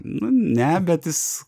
nu ne bet jis